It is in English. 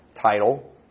title